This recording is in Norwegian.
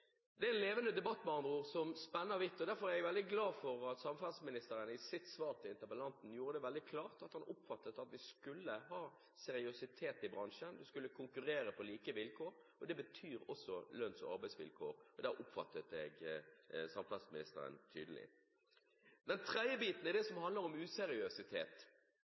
Det er en levende debatt, med andre ord, som spenner vidt. Derfor er jeg veldig glad for at samferdselsministeren i sitt svar til interpellanten gjorde det veldig klart at han mente at vi skulle ha seriøsitet i bransjen. En skulle konkurrere på like vilkår, og det betyr også lønns- og arbeidsvilkår. Der oppfattet jeg samferdselsministeren som tydelig. Den tredje biten er det som handler om useriøsitet: